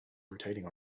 rotating